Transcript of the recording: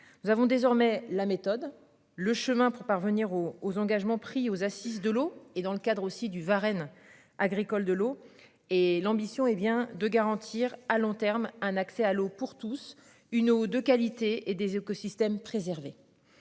Nous avons désormais la méthode le chemin pour parvenir aux aux engagements pris aux assises de l'eau et dans le cadre aussi du Varenne agricoles de l'eau et l'ambition est bien de garantir à long terme, un accès à l'eau pour tous, une eau de qualité et des écosystèmes préserver.